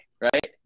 right